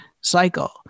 cycle